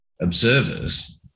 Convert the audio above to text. observers